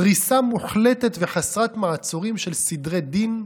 דריסה מוחלטת וחסרת מעצורים של סדרי דין,